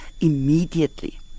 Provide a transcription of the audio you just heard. immediately